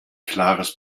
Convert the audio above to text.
klares